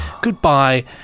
goodbye